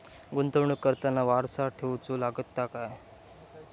गुंतवणूक करताना वारसा ठेवचो लागता काय?